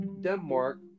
Denmark